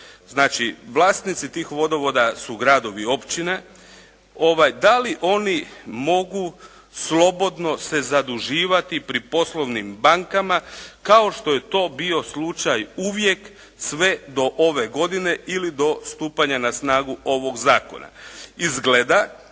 Znači, vlasnici tih vodovoda su gradovi i općine. Da li oni mogu slobodno se zaduživati pri poslovnim bankama kao što je to bio slučaj uvijek sve do ove godine ili do stupanja na snagu ovog zakona. Izgleda